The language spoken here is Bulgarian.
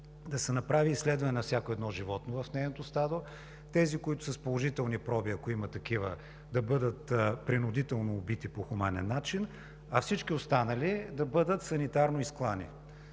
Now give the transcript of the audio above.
Да се направи изследване на всяко едно животно в нейното стадо. Тези, които са с положителни проби, ако има такива, да бъдат принудително убити по хуманен начин, а всички останали да бъдат санитарно изклани.